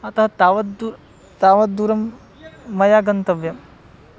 अतः तावद् तावद् दूरं मया गन्तव्यम्